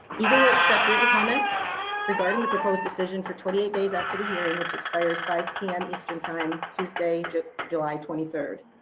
egle will accept written comments regarding the proposed decision for twenty eight days after the hearing, which expires five zero p m. eastern time tuesday july twenty third.